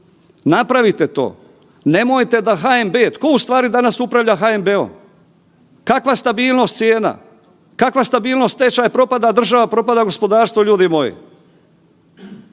Napravite to. Nemojte da HNB, tko u stvari danas upravlja HNB-om? Kakva stabilnost cijena? Kakva stabilnost tečaja? Propada država, propada gospodarstvo ljudi moji,